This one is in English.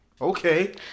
Okay